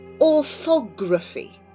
orthography